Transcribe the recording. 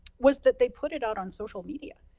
was that they put it out on social media,